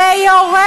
היית שם?